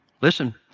Listen